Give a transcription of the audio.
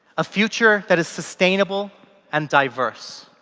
a future that is sustainable and diverse.